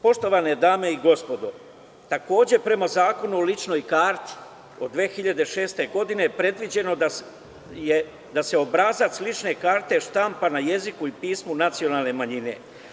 Poštovane dame i gospodo, takođe prema Zakonu o ličnoj karti od 2006. godine predviđeno je da se obrazac lične karte štampa na jeziku i pismu nacionalne manjine.